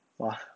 !wah!